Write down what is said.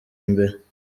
imbere